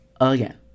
again